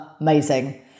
amazing